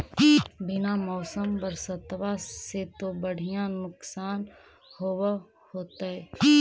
बिन मौसम बरसतबा से तो बढ़िया नुक्सान होब होतै?